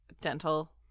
dental